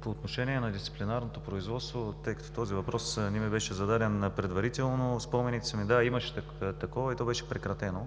По отношение на дисциплинарното производство – този въпрос не ми беше зададен предварително. Спомените ми са – да, имаше такова и то беше прекратено.